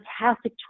fantastic